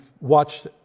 watched